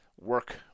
work